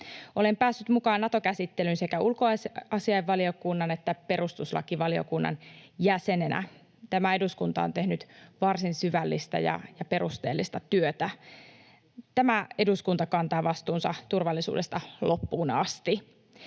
Olen päässyt mukaan Nato-käsittelyyn sekä ulkoasiainvaliokunnan että perustuslakivaliokunnan jäsenenä. Tämä eduskunta on tehnyt varsin syvällistä ja perusteellista työtä. Tämä eduskunta kantaa vastuunsa turvallisuudesta loppuun asti.